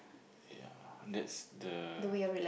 ya that's the